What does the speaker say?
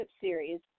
series